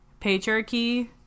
patriarchy